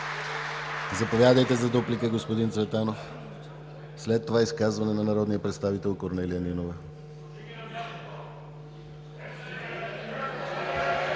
Заповядайте за дуплика, господин Цветанов. След това – изказване на народния представител Корнелия Нинова.